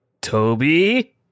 Toby